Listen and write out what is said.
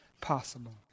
possible